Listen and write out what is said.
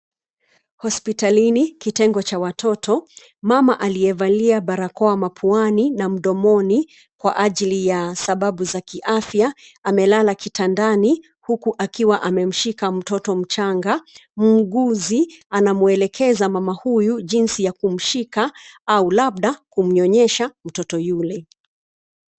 Hospitalini, kitengo cha watoto, mama aliyevalia barakoa mapuani na mdomoni, kwa ajili ya sababu za kiafya, amelala kitandani, huku akiwa amemshika mtoto mchanga, muuguzi, anamwelekeza mama huyu jinsi ya kumshika, au labda, kumnyonyesha mtoto yule.